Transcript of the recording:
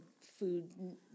food